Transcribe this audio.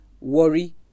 worry